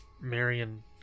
Marion